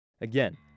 Again